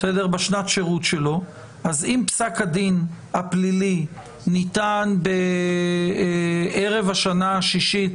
בשנת שירות שלו אם פסק הדין הפלילי ניתן בערב השנה השישית,